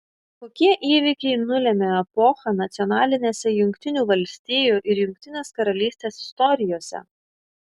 kokie įvykiai nulėmė epochą nacionalinėse jungtinių valstijų ir jungtinės karalystės istorijose